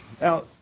Now